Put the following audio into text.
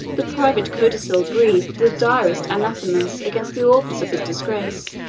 the private codicil breathed the direst anathemas against the authors of his disgrace,